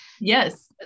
yes